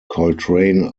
coltrane